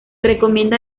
recomienda